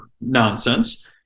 nonsense